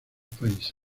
países